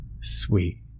Sweet